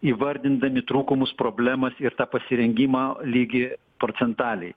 įvardindami trūkumus problemas ir tą pasirengimą lygį procentaliai